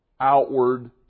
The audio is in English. outward